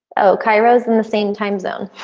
okay. rose in the same time zone.